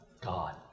God